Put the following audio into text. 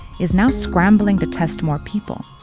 is now scrambling to test more people.